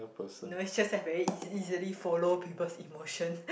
no it just I very easily follow people's emotion